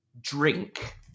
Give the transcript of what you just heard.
drink